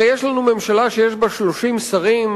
הרי יש לנו ממשלה שיש בה 30 שרים,